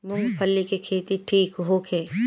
मूँगफली के खेती ठीक होखे?